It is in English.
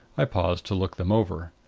i paused to look them over.